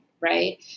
right